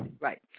right